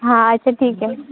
हां अच्छा ठीक आहे